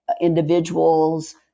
individuals